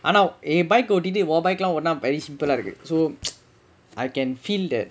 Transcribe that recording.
ஆனா என்:aanaa yaen bike கு ஓட்டிட்டு உன்:ku otittu un bike leh ஓட்டுனா:ottunaa very simple leh இருக்கு:irukku so I can feel that